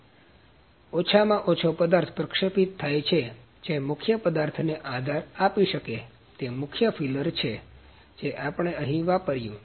તેથી ઓછામાં ઓછો પદાર્થ પ્રક્ષેપિત થાય જે મુખ્ય પદાર્થને આધાર આપી શકે તે મુખ્ય ફીલર છે જે આપણે અહી વાપર્યું